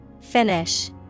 Finish